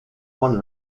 one